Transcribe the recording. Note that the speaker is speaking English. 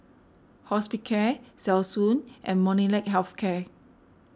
Hospicare Selsun and Molnylcke Health Care